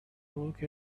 look